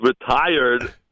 retired